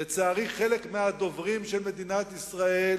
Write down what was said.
לצערי, חלק מהדוברים של מדינת ישראל